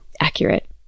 accurate